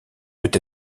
peut